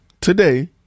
today